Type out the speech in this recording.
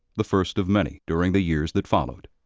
the first of many during the years that followed.